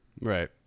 Right